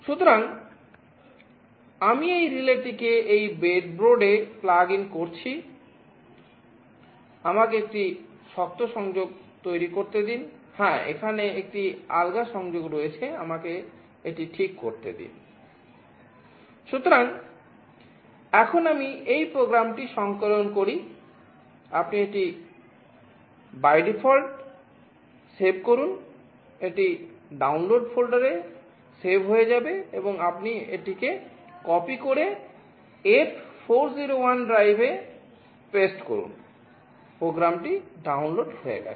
সুতরাং আমি এই রিলেটিকে এই ব্রেডবোর্ডে প্রোগ্রামটি ডাউনলোড হয়ে গেছে